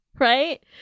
Right